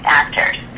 actors